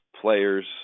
players